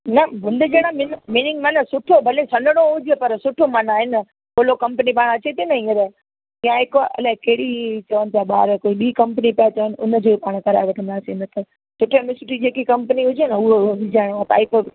न बुंडे जहिड़ा मीनिंग मतिलबु सुठो भले सन्हो हुजे पर सुठो माना आहे न अपोलो कंपनी माना अचे थी न हींअर या हिकु अलाए कहिड़ी चवनि पिया ॿार कोई ॿी कंपनी था चवनि उन जो पाण कराए रखंदासीं न त सुठे में सुठी जेकी कंपनी हुजे न उहो विझाइणो आहे पाइप बि